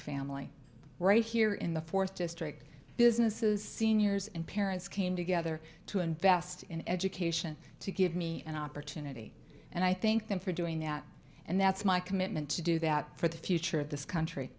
family right here in the fourth district businesses seniors and parents came together to invest in education to give me an opportunity and i think them for doing that and that's my commitment to do that for the future of this country